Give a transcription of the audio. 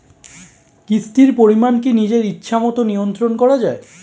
কিস্তির পরিমাণ কি নিজের ইচ্ছামত নিয়ন্ত্রণ করা যায়?